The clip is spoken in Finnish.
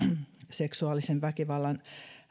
seksuaalisen väkivallan